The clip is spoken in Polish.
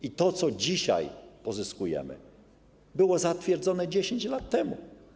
I to, co dzisiaj pozyskujemy, było zatwierdzone 10 lat temu.